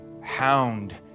hound